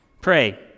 Pray